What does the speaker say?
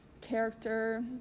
character